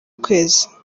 ukwezi